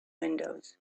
windows